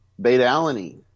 beta-alanine